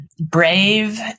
brave